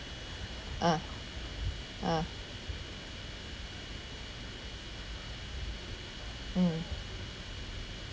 ah ah mm